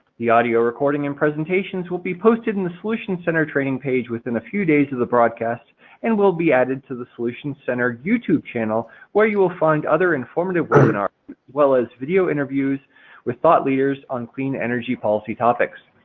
the audio recording and presentations will be posted in the solution center training page within a few days of the broadcast and will be added to the solution center youtube channel where you will find other informative webinars as well as video interviews with thought leaders on clean energy policy topics.